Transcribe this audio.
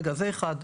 רגע, זה אחת.